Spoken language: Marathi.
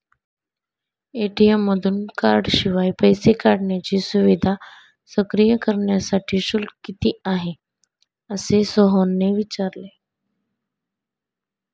ए.टी.एम मधून कार्डशिवाय पैसे काढण्याची सुविधा सक्रिय करण्यासाठी शुल्क किती आहे, असे सोहनने विचारले